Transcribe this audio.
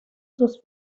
sus